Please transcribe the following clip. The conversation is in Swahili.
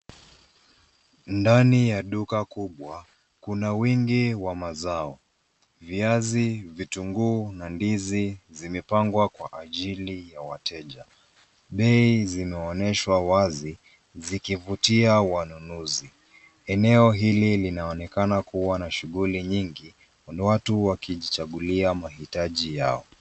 Ndani ya duka kubwa kuna wingi wa mazao. Viazi, vitunguu na ndizi zimepangwa kwa ajili ya wateja. Bei zinaonyeshwa wazi zikivutia wanunuzi. Eneo hili linaonekana kuwa na shughuli nyingi. Kuna watu wakijichagulia mahitaji yao.